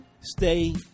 stay